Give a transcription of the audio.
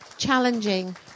Challenging